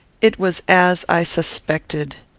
it was as i suspected.